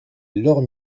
leurs